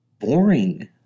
boring